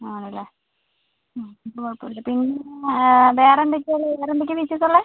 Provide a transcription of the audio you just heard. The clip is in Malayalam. ആണല്ലേ ഹ്മ് അപ്പോൾ കുഴപ്പമില്ല പിന്നെ വേറെ എന്തൊക്കെയാണ് ഉള്ളത് വേറെ എന്തൊക്കെയാണ് ഫീച്ചേഴ്സ് ഉള്ളത്